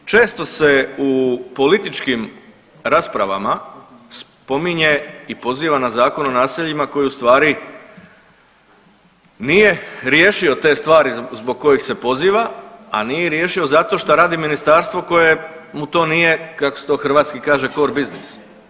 Često se u političkim raspravama spominje i poziva na Zakon o naseljima koji u stvari nije riješio te stvari zbog kojih se poziva, a nije riješio zato šta radi ministarstvo koje mu to nije, kako se to hrvatski kaže core business.